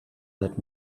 that